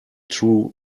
true